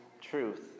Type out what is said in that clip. truth